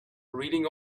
reading